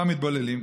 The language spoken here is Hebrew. רובם מתבוללים,